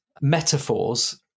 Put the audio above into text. metaphors